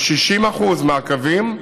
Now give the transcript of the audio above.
כ-60% מהקווים